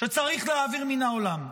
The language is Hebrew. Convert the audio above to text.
שצריך להעביר מן העולם.